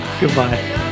Goodbye